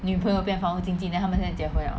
女朋友变房屋经纪 then 他们现在结婚了